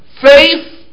Faith